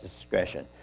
discretion